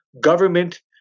government